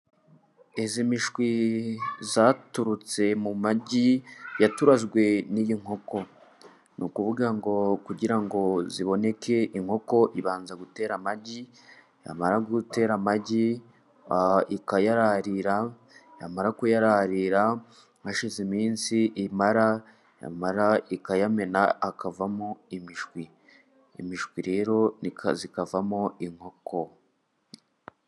Iyi mishwi yaturutse mu magi yaturazwe n'iyi nkoko. Ni ukuvuga ngo kugira ngo iboneke, inkoko ibanza gutera amagi, yamara gutera amagi ikayararira. Yamara kuyararira hashize iminsi imara, yamara ikayamena akavamo imishwi. Imishwi rero ikakavamo inkoko.